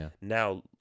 now